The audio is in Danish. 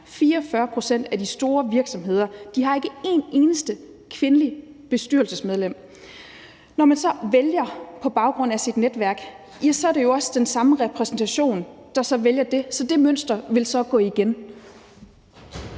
44 pct. af de store virksomheder har ikke et eneste kvindeligt bestyrelsesmedlem. Når man så vælger på baggrund af sit netværk, er det jo også den samme repræsentation, der vælger der, så det mønster vil gå igen.